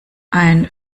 ein